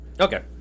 Okay